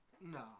No